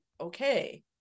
okay